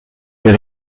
fait